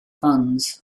funds